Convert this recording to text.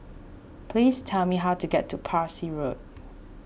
please tell me how to get to Parsi Road